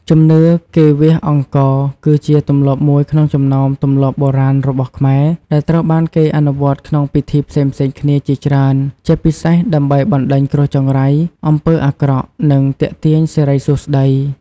ជំនឿគ្រវាសអង្ករ គឺជាទម្លាប់មួយក្នុងចំណោមទម្លាប់បុរាណរបស់ខ្មែរ ដែលត្រូវបានគេអនុវត្តក្នុងពិធីផ្សេងៗគ្នាជាច្រើន ជាពិសេសដើម្បី បណ្ដេញគ្រោះចង្រៃ អំពើអាក្រក់ និងទាក់ទាញសិរីសួស្តី។